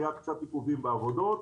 היו קצת עיכובים בעבודות,